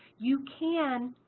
you can